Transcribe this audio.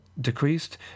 decreased